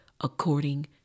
according